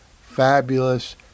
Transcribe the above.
fabulous